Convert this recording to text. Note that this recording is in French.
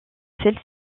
celui